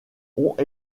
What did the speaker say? ont